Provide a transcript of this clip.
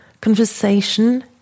Conversation